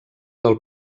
del